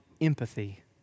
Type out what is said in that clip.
empathy